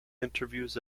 interviews